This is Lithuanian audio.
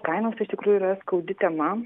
kainos iš tikrųjų yra skaudi tema